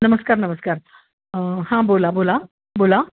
नमस्कार नमस्कार हां बोला बोला बोला